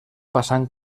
passant